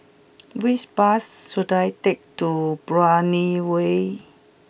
which bus should I take to Brani Way